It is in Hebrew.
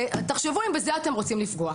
תחשבו אם בזה אתם רוצים לפגוע.